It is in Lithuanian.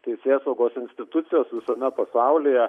teisėsaugos institucijos visame pasaulyje